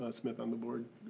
ah smith on the board,